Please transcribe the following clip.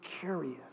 curious